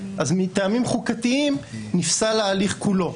מטעמים חוקתיים נפסל ההליך כולו.